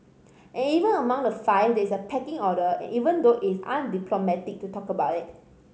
and even among the five there is a pecking order even though it is undiplomatic to talk about it